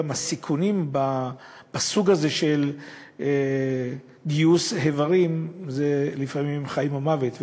גם הסיכונים בסוג הזה של גיוס איברים הם לפעמים חיים ומוות,